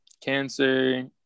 cancer